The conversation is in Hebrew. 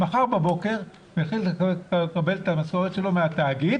מחר בבוקר הוא יקבל את המשכורת שלו מהתאגיד.